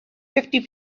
fifty